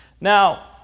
Now